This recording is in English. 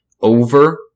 over